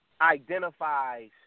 identifies